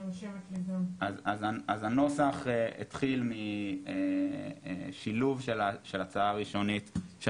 אז הנוסח התחיל משילוב של הצעה ראשונית של